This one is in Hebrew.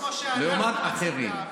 לעומת אחרים,